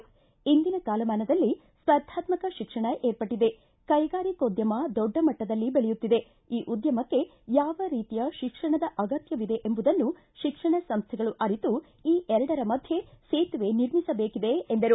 ಇಂದಿನ ಕಾಲಮಾನದಲ್ಲಿ ಸ್ಪರ್ಧಾತ್ಮಕ ಶಿಕ್ಷಣ ಏರ್ಪಟ್ಟದೆ ಕೈಗಾರಿಕೋದ್ಯಮ ದೊಡ್ಡ ಮಟ್ಟದಲ್ಲಿ ಬೆಳೆಯುತ್ತಿದೆ ಈ ಉದ್ಧಮಕ್ಕೆ ಯಾವ ರೀತಿಯ ಶಿಕ್ಷಣದ ಅಗತ್ಯವಿದೆ ಎಂಬುದನ್ನು ಶಿಕ್ಷಣ ಸಂಸ್ಥೆಗಳು ಅರಿತು ಈ ಎರಡರ ಮಧ್ಯೇ ಸೇತುವೆ ನಿರ್ಮಿಸಬೇಕಿದೆ ಎಂದರು